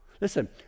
Listen